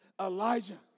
Elijah